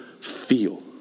feel